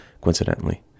coincidentally